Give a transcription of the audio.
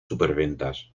superventas